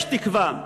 יש תקווה,